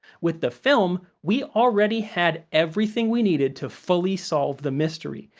with the film, we already had everything we needed to fully solve the mystery,